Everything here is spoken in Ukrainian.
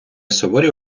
суворі